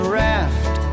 raft